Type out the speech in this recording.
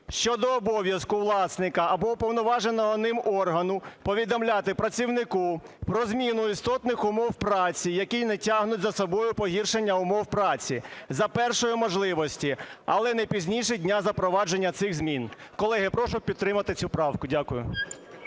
щодо обов'язку власника або уповноваженого ним органу повідомляти працівнику про зміну істотних умов праці, які не тягнуть за собою погіршення умов праці, за першої можливості, але не пізніше дня запровадження цих змін. Колеги, прошу підтримати цю правку. Дякую.